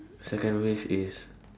second wish is